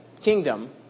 kingdom